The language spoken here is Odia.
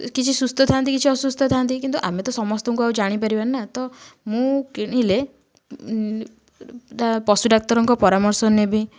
କିଛି ସୁସ୍ଥ ଥାଆନ୍ତି କିଛି ଅସୁସ୍ଥ ଥାଆନ୍ତି କିନ୍ତୁ ଆମେ ତ ସମସ୍ତଙ୍କୁ ଆଉ ଜାଣିପାରିବାନି ନା ତ ମୁଁ କିଣିଲେ ପଶୁଡାକ୍ତରଙ୍କ ପରାମର୍ଶ ନେବି